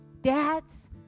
Dads